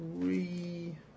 three